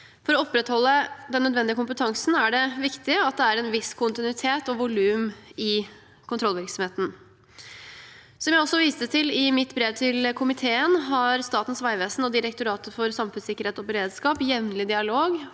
For å opprettholde den nødvendige kompetansen er det viktig at det er en viss kontinuitet og volum i kontrollvirksomheten. Som jeg også viste til i mitt brev til komiteen, har Statens vegvesen og Direktoratet for samfunnssikkerhet og beredskap jevnlig dialog